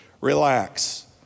relax